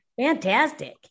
Fantastic